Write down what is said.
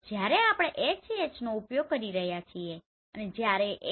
જ્યારે આપણે HH નો ઉપયોગ કરી રહ્યા છીએ અને જયારે HV